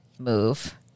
move